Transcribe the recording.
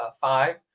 five